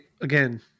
again